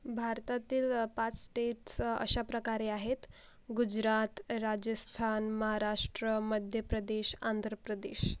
भारतातील पाच स्टेट्स अशा प्रकारे आहेत गुजरात राजस्थान महाराष्ट्र मध्य प्रदेश आंध्र प्रदेश